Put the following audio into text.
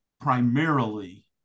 primarily